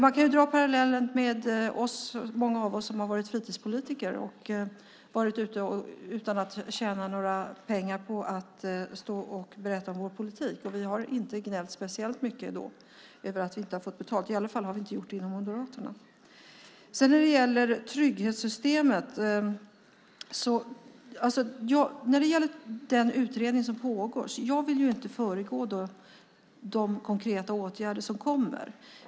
Man kan dra parallellen med många av oss som har varit fritidspolitiker och inte har tjänat några pengar på att berätta om vår politik. Vi har inte gnällt speciellt mycket över att vi inte har fått betalt. Det har vi i alla fall inte gjort det i Moderaterna. Jag vill inte föregå de konkreta åtgärder som kommer i utredningen som pågår.